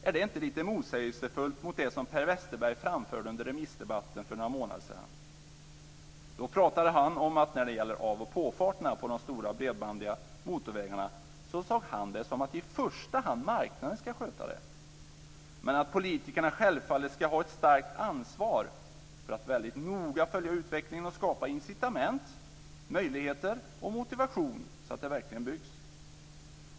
Är det inte lite motsägelsefullt mot det som Per Westerberg framförde under remissdebatten för några månader sedan? Då talade han om att när det gäller av och påfarterna på de stora bredbandiga motorvägarna så såg han det som att marknaden i första hand ska sköta det men att politikerna självfallet ska ha ett starkt ansvar för att väldigt noga följa utvecklingen och skapa incitament, möjligheter och motivation så att de verkligen byggs.